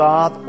God